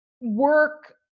work